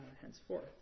henceforth